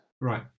Right